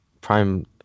prime